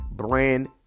Brand